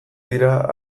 dira